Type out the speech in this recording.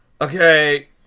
okay